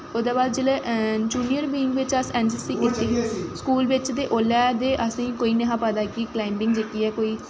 ओह्दै बाद जिसलै युनियर बींग बिच्च जिसलै अस ऐन्न सी सी स्कूल बिच्च हे ते उसलै असेंगी कोई नेईं हा पता कि कलाइंबिंग जेह्की ऐ कोई